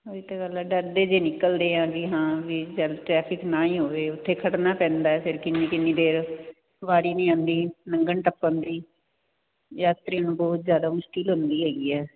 ਉਹੀ ਤਾਂ ਗੱਲ ਐ ਡਰਦੇ ਨੀ ਨਿਕਲਦੇ ਆ ਜੀ ਹਾਂ ਵੀ ਜਦ ਟਰੈਫਿਕ ਨਾ ਹੀ ਹੋਵੇ ਉਥੇ ਖੜਨਾ ਪੈਂਦਾ ਫਿਰ ਕਿੰਨੀ ਕਿੰਨੀ ਦੇਰ ਵਾਰੀ ਨਹੀਂ ਆਉਂਦੀ ਲੰਘਣ ਟੱਪਣ ਦੀ ਯਾਤਰੀ ਨੂੰ ਬਹੁਤ ਜਿਆਦਾ ਮੁਸ਼ਕਿਲ ਹੁੰਦੀ ਹੈਗੀ ਹੈ